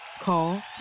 Call